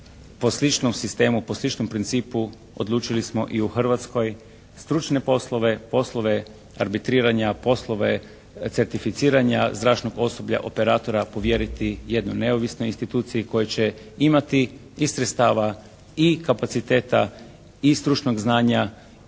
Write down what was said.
po sličnom sistemu, po sličnom principu odlučili smo i u Hrvatskoj stručne poslove, poslove arbitriranja, poslove certificiranja zračnog osoblja, operatora povjeriti jednoj neovisnoj instituciji koja će imati i sredstava i kapaciteta i stručnog znanja